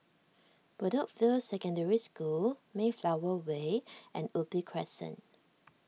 Bedok View Secondary School Mayflower Way and Ubi Crescent